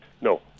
No